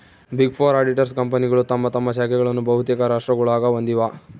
big four auditors ಕಂಪನಿಗಳು ತಮ್ಮ ತಮ್ಮ ಶಾಖೆಗಳನ್ನು ಬಹುತೇಕ ರಾಷ್ಟ್ರಗುಳಾಗ ಹೊಂದಿವ